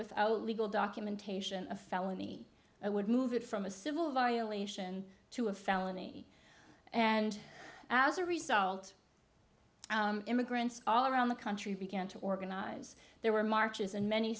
without legal documentation a felony that would move it from a civil violation to a felony and as a result immigrants all around the country began to organize there were marches and many